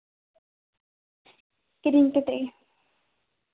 ᱠᱤᱨᱤᱧ ᱠᱟᱛᱮ ᱜᱮ